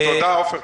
תודה, עפר.